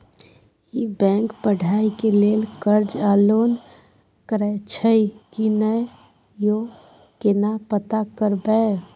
ई bank पढ़ाई के लेल कर्ज आ लोन करैछई की नय, यो केना पता करबै?